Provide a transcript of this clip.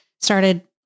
started